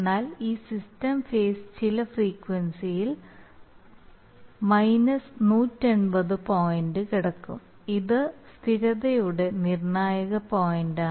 എന്നാൽ ഈ system phase ചില ഫ്രീക്വെൻസിയിൽ 180 പോയിന്റ് കടക്കും ഇത് സ്ഥിരതയുടെ നിർണായക പോയിന്റാണ്